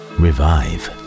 revive